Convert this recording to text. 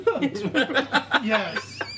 Yes